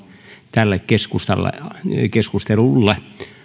tälle keskustelulle